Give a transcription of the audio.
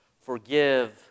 Forgive